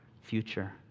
future